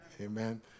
Amen